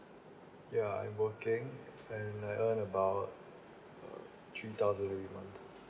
ya I'm working and I earn about uh three thousand every month